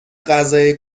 غذای